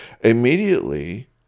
Immediately